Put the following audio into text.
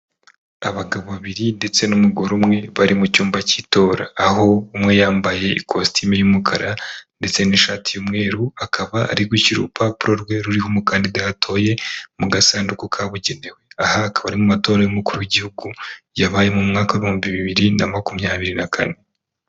Abagabo babiri ndetse n'umugore umwe bari mu cyumba cy'itora, aho umwe yambaye ikositime y'umukara ndetse n'ishati y'umweru, akaba ari gushyira urupapuro rwe ruriho umukandida yatoye mu gasanduku kabugenewe, aha akaba ari mu matora y'umukuru w'igihugu yabaye mu mwaka w'ibihumbi bibiri na makumyabiri na kane.